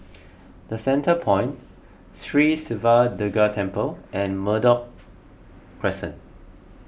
the Centrepoint Sri Siva Durga Temple and Merbok Crescent